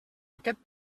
aquest